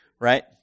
Right